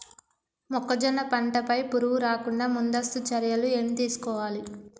మొక్కజొన్న పంట పై పురుగు రాకుండా ముందస్తు చర్యలు ఏం తీసుకోవాలి?